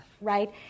Right